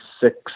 six